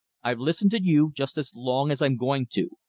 i've listened to you just as long as i'm going to.